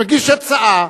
מגיש הצעה,